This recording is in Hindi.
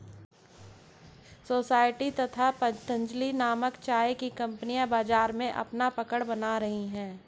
सोसायटी तथा पतंजलि नामक चाय की कंपनियां बाजार में अपना पकड़ बना रही है